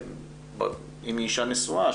אם היא אישה נשואה,